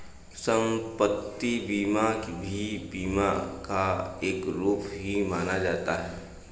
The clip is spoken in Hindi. सम्पत्ति बीमा भी बीमा का एक रूप ही माना जाता है